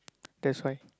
that's why